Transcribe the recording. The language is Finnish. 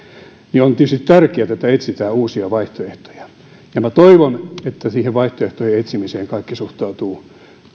niin on tietysti tärkeätä että etsitään uusia vaihtoehtoja toivon että siihen vaihtoehtojen etsimiseen kaikki suhtautuvat